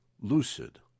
lucid